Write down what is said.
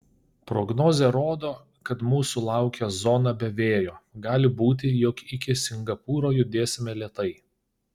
prognozė rodo kad mūsų laukia zona be vėjo gali būti jog iki singapūro judėsime lėtai